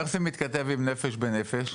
איך זה מתכתב עם "נפש בנפש"?